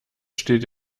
steht